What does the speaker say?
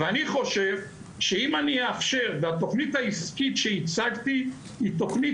ואני חושב שהתכנית העסקית שהצגתי היא תכנית